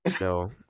No